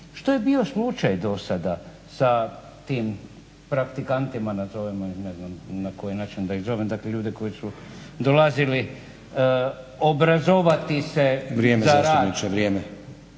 što je bio slučaj do sada sa praktikantima nazovimo ih ne znam na koji način da ih zovem, dakle ljude koji su dolazili obrazovati se za rad. … /Upadica: Vrijeme